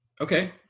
Okay